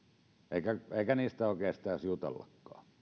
eikä eikä heistä oikeastaan edes jutellakaan